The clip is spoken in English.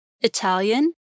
Italian